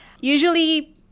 usually